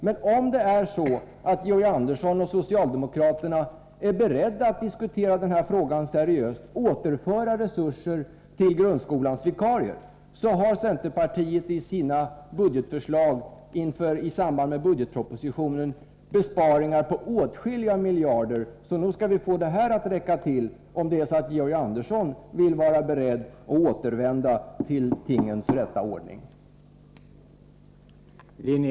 Centerpartiet har i sina budgetförslag i samband med budgetpropositionen besparingar på åtskilliga miljarder, så om Georg Andersson och socialdemokraterna är beredda att återvända till den rätta tingens ordning och diskutera den här frågan seriöst och återföra resurser till grundskolans vikarier skall vi nog få pengarna att räcka till.